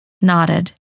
nodded